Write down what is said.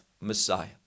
Messiah